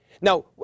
now